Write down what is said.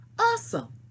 Awesome